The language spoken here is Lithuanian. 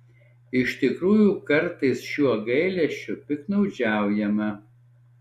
iš tikrųjų kartais šiuo gailesčiu piktnaudžiaujama